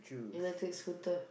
electric scooter